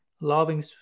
loving